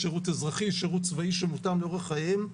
שירות אזרחי או שירות צבאי שמותאם לאורח חייהם,